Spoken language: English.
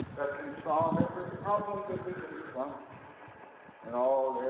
solve every problem that we confront in all